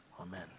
Amen